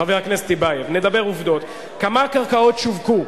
חבר הכנסת טיבייב: כמה קרקעות שווקו?